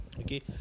Okay